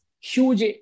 huge